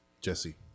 Jesse